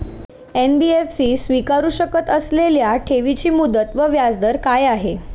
NBFC स्वीकारु शकत असलेल्या ठेवीची मुदत व व्याजदर काय आहे?